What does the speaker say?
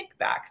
kickbacks